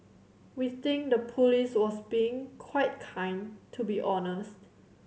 we think the police was being quite kind to be honest